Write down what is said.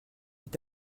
est